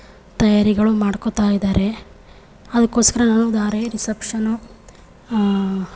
ತಯಾರಿಗಳು ಮಾಡ್ಕೊಳ್ತಾ ಇದ್ದಾರೆ ಅದಕ್ಕೋಸ್ಕರ ನಾನು ಧಾರೆ ರಿಸಪ್ಷನು